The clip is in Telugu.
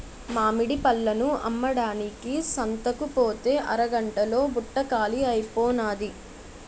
మామిడి పళ్ళను అమ్మడానికి సంతకుపోతే అరగంట్లో బుట్ట కాలీ అయిపోనాది